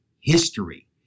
history